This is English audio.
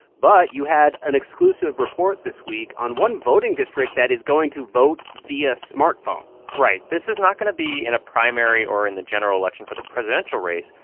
but you had an exclusive report this week on one voting district that is going to vote via smartphone right. this is not going to be in a primary or in the general election for the presidential race,